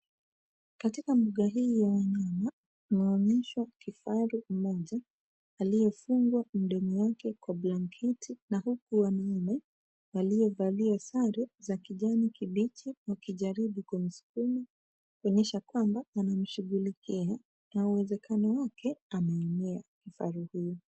Katika mbuga hii ya wanyama, tunaonyeshwa kifaru mmoja, aliyefungwa mdomo wake kwa blanketi na huku wanaume, waliovalia sare za kijani kibichi, wakijaribu kumsukuma, kuonyesha kwamba wanamshughulikia, na uwezekano wake ameumia, kifaru huyu.